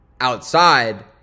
outside